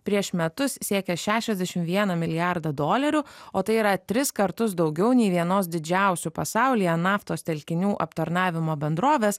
prieš metus siekė šešiasdešimt vieną milijardą dolerių o tai yra tris kartus daugiau nei vienos didžiausių pasaulyje naftos telkinių aptarnavimo bendrovės